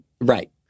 Right